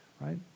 right